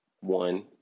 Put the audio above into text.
one